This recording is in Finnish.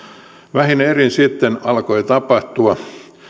vähin erin sitten alkoi tapahtua